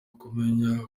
kumenya